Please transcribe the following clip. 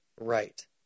right